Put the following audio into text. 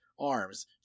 arms